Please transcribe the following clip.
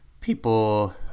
people